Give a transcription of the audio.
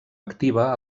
activa